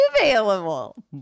available